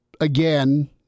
again